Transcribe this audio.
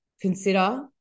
consider